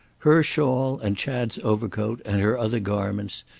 her shawl and chad's overcoat and her other garments,